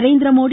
Narendra Modi